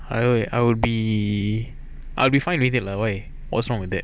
I will I'll be I'll be fine with it lah why what's wrong with that